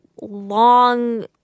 long